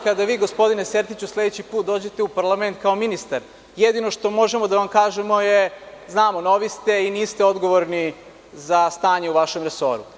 Kada gospodine Sertiću budete došli sledeći put u parlament kao ministar, jedino što možemo da vam kažemo jeste da znamo da ste novi i da niste odgovorni za stanje u vašem resoru.